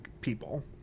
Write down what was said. people